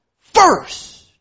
first